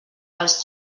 els